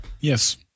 Yes